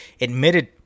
admitted